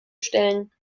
stellen